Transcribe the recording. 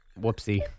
Whoopsie